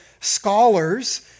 scholars